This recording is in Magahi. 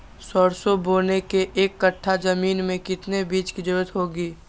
सरसो बोने के एक कट्ठा जमीन में कितने बीज की जरूरत होंगी?